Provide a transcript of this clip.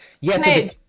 Yes